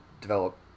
develop